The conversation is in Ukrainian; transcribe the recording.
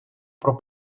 про